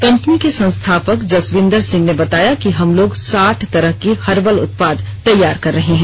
company के संस्थापक जसविन्दर सिंह ने बताया कि हमलोग साठ तरह के हर्बल उत्पाद तैयार कर रहे हैं